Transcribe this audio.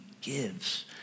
gives